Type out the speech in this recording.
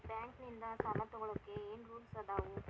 Bank ನಿಂದ್ ಸಾಲ ತೊಗೋಳಕ್ಕೆ ಏನ್ ರೂಲ್ಸ್ ಅದಾವ?